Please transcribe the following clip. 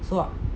so